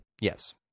Yes